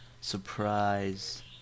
surprise